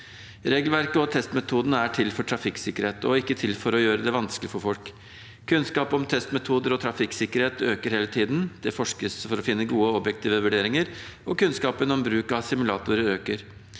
Regelverket og testmetodene er til for trafikksikkerhet, ikke for å gjøre det vanskelig for folk. Kunnskap om testmetoder og trafikksikkerhet øker hele tiden. Det forskes for å finne gode og objektive vurderinger, og kunnskapen om bruk av simulatorer øker.